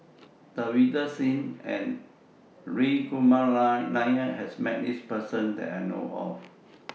Davinder Singh and Hri Kumar Nair has Met This Person that I know of